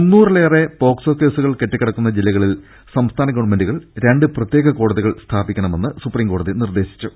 മുന്നൂറിലേറെ POCSO കേസുകൾ കെട്ടിക്കിടക്കുന്ന ജില്ലകളിൽ സംസ്ഥാന ഗവൺമെന്റുകൾ രണ്ട് പ്രത്യേക കോടതികൾ സ്ഥാപിക്കണമെന്ന് സുപ്രീം കോടതി നിർദേശിച്ചു